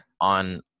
on